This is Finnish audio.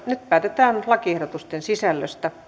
nyt päätetään lakiehdotusten sisällöstä